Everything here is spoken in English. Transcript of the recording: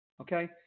Okay